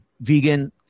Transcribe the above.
vegan